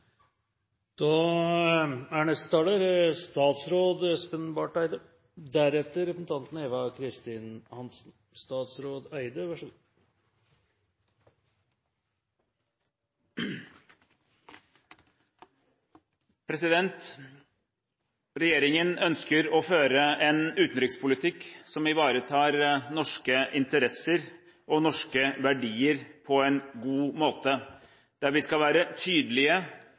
Regjeringen ønsker å føre en utenrikspolitikk som ivaretar norske interesser og norske verdier på en god måte, der vi skal være tydelige,